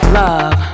love